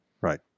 Right